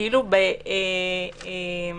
כאילו בחסות